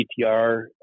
PTR